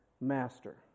master